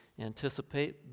anticipate